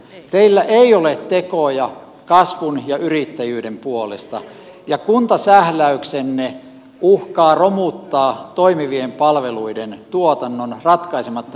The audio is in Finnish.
teillä ei ole tekoja kasvun ja yrittäjyyden puolesta ja kuntasähläyksenne uhkaa romuttaa toimivien palveluiden tuotannon ratkaisematta itse ongelmaa